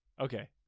okay